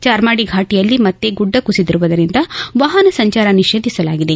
ಚಾರ್ಮಾಡಿ ಫಾಟಿಯಲ್ಲಿ ಮತ್ತೆ ಗುಡ್ಡ ಕುಸಿದಿರುವುದರಿಂದ ವಾಪನ ಸಂಚಾರ ನಿಷೇಧಿಸಲಾಗಿದೆ